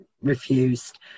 refused